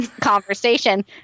conversation